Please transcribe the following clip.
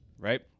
right